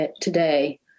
today